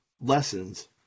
lessons